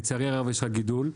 לצערי הרב יש רק גידול.